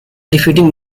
defeating